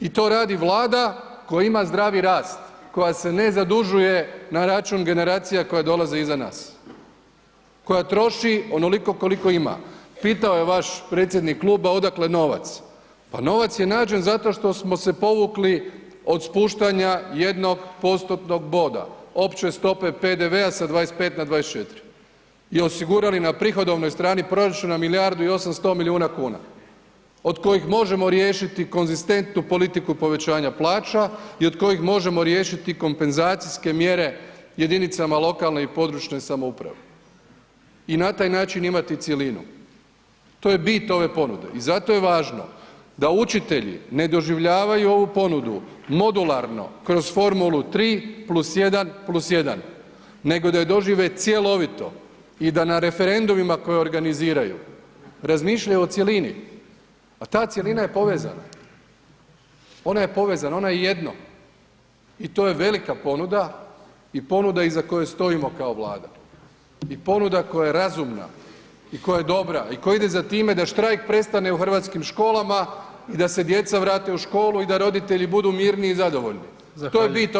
Realnost, realnost i to radi Vlada koja ima zdravi rast, koja se ne zadužuje na račun generacija koja dolaze iza nas, koja troši onoliko koliko ima, pitao je vaš predsjednik kluba odakle novac, pa novac je nađen zato što smo se povukli od spuštanja jednog postotnog boda, opće stope PDV-a sa 25 na 24 i osigurali na prihodovnoj strani proračuna milijardu i 800 milijuna kuna, od kojih možemo riješiti konzistentnu politiku povećanja plaća i od kojih možemo riješiti kompenzacijske mjere jedinicama lokalne i područne samouprave i na taj način imati cjelinu, to je bit ove ponude i zato je važno da učitelji ne doživljavaju ovu ponudu modularno kroz formulu 3+1+1, nego da je dožive cjelovito i da na referendumima koje organiziraju razmišljaju o cjelini, a ta cjelina je povezana, ona je povezana, ona je jedno i to je velika ponuda i ponuda iza koje stojimo kao Vlada i ponuda koja je razumna i koja je dobra i koja ide za time da štrajk prestane u hrvatskim školama i da se djeca vrate u školu i da roditelji budu mirni i zadovoljni [[Upadica: Zahvaljujem]] to je bit ove ponude.